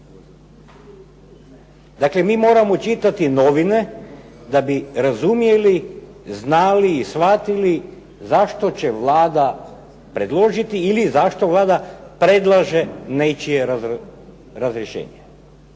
Dakle, mi moramo čitati novine da bi razumjeli, znali i shvatili zašto će Vlada predložiti ili zašto Vlada predlaže nečije razrješenje.